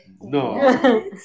No